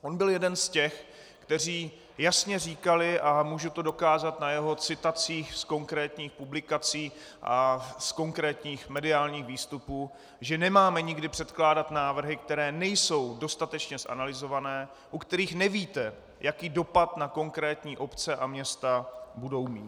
On byl jeden z těch, kteří jasně říkali, a můžu to dokázat na jeho citacích z konkrétních publikací a z konkrétních mediálních výstupů, že nemáme nikdy předkládat návrhy, které nejsou dostatečně zanalyzované, u kterých nevíte, jaký dopad na konkrétní obce a města budou mít.